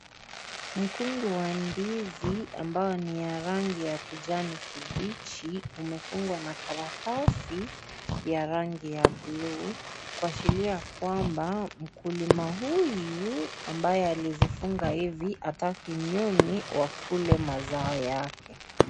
Mkungu wa ndizi ambao ni ya rangi ya kijani kibichi umefungwa na karatasi ya rangi ya buluu kuashiria kwamba mkulima huyu ambaye alizifunga hivi kumaanisha kuwa hataki nyuni Kula mazao yake.